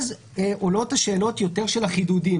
עולות יותר השאלות של החידודים.